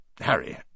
Harry